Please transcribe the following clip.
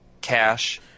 cash